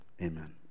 amen